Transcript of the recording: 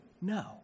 No